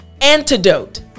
antidote